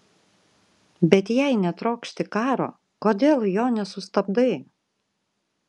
bet jei netrokšti karo kodėl jo nesustabdai